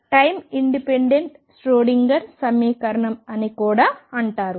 time independent Schrodinger సమీకరణం అని కూడా అంటారు